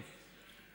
כן,